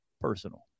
personal